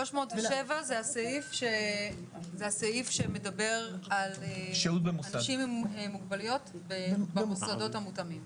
307 זה הסעיף שמדבר על אנשים עם מוגבלויות במוסדות המותאמים.